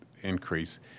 increase